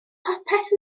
popeth